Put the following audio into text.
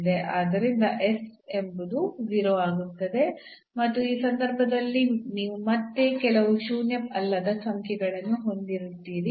ಆದ್ದರಿಂದ s ಎಂಬುದು 0 ಆಗುತ್ತದೆ ಮತ್ತು ಈ ಸಂದರ್ಭದಲ್ಲಿ ನೀವು ಮತ್ತೆ ಕೆಲವು ಶೂನ್ಯ ಅಲ್ಲದ ಸಂಖ್ಯೆಗಳನ್ನು ಹೊಂದಿರುತ್ತೀರಿ